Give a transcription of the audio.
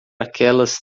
aquelas